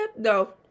no